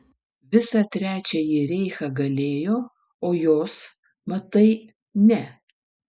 visą trečiąjį reichą galėjo o jos matai ne